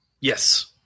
Yes